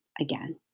Again